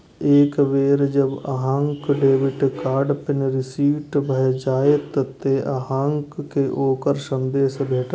एक बेर जब अहांक डेबिट कार्ड पिन रीसेट भए जाएत, ते अहांक कें ओकर संदेश भेटत